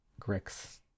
Grix